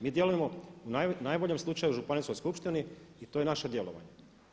Mi djelujemo u najboljem slučaju županijskoj skupštini i to je naše djelovanje.